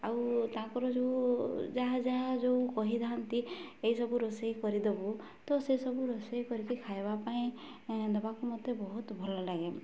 ଆଉ ତାଙ୍କର ଯେଉଁ ଯାହା ଯାହା ଯେଉଁ କହିଥାନ୍ତି ଏଇସବୁ ରୋଷେଇ କରିଦବୁ ତ ସେସବୁ ରୋଷେଇ କରିକି ଖାଇବା ପାଇଁ ଦେବାକୁ ମୋତେ ବହୁତ ଭଲ ଲାଗେ